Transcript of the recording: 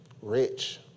rich